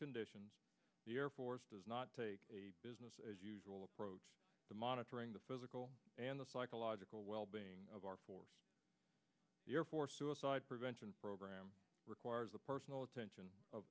conditions the air force does not take a business as usual approach to monitoring the physical and the psychological well being of our force the air force suicide prevention program requires a personal attention